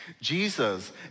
Jesus